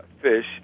fish